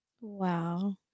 Wow